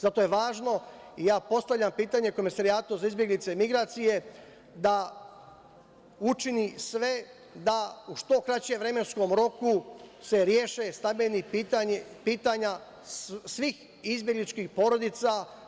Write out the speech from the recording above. Zato je važno i postavljam pitanje Komesarijatu za izbeglice i migracije da učini sve da u što kraćem vremenskom roku se reše stambena pitanja svih izbegličkih porodica.